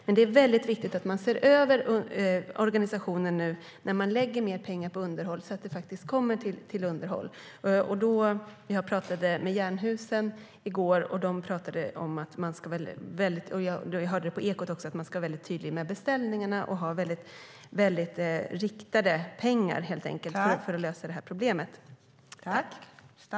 Det är viktigt att man nu ser över organisationen när man lägger mer pengar på underhåll så att de faktiskt går till underhåll. Jag talade med Jernhusen i går - och jag hörde också detta på Ekot